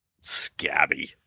scabby